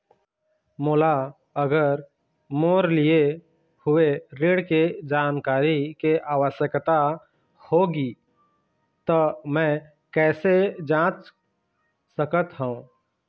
मोला अगर मोर लिए हुए ऋण के जानकारी के आवश्यकता होगी त मैं कैसे जांच सकत हव?